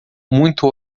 muito